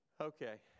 Okay